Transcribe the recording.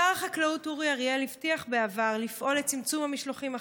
שר החקלאות אורי אריאל הבטיח בעבר לפעול לצמצום המשלוחים החיים.